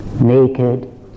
naked